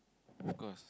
of course